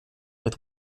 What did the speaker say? with